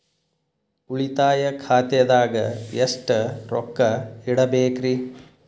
ಉಳಿತಾಯ ಖಾತೆದಾಗ ಎಷ್ಟ ರೊಕ್ಕ ಇಡಬೇಕ್ರಿ?